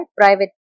private